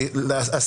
הבנתי.